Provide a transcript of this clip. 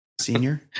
Senior